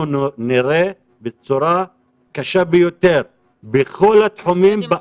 אנחנו נראה בצורה קשה ביותר בכל התחומים בעתיד.